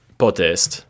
potest